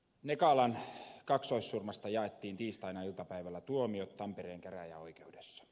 nekalan kaksoissurmasta jaettiin tiistaina iltapäivällä tuomiot tampereen käräjäoikeudessa